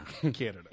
Canada